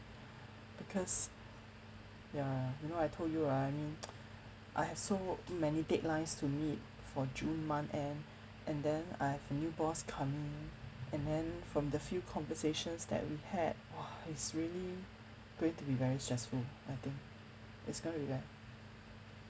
because ya you know I told you ah I mean I have so many deadlines to meet for june month end and then I've a new boss coming and then from the few conversations that we had !wah! is really going to be very stressful I think it's going to be like